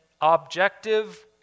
objective